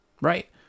Right